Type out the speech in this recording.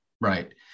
Right